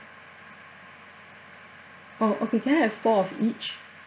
oh okay can I have four of each